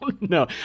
No